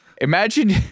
Imagine